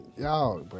Y'all